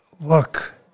work